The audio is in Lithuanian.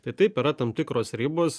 tai taip yra tam tikros ribos